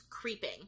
creeping